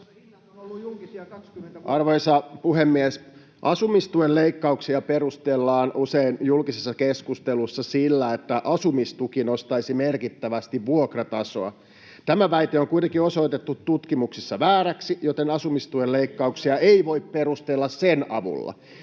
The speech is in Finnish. Arvoisa puhemies! Asumistuen leikkauksia perustellaan usein julkisessa keskustelussa sillä, että asumistuki nostaisi merkittävästi vuokratasoa. Tämä väite on kuitenkin osoitettu tutkimuksissa vääräksi, joten asumistuen leikkauksia ei voi perustella sen avulla.